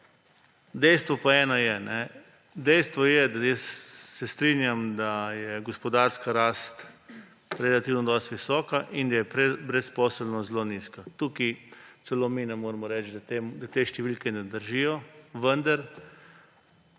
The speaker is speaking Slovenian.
Dejstvo pa je eno, dejstvo je – se strinjam – da je gospodarska rast relativno dosti visoka in da je brezposelnost zelo nizka. Tukaj celo mi ne moremo reči, da te številke ne držijo, vendar